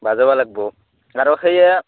বা যাবা লাগব আৰু সেয়া